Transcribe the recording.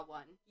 one